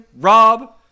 Rob